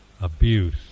abuse